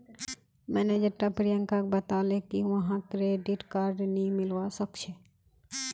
manager टा प्रियंकाक बताले की वहाक क्रेडिट कार्ड नी मिलवा सखछे